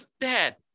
dad